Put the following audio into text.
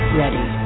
ready